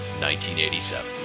1987